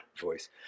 voice